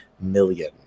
million